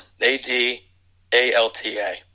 A-D-A-L-T-A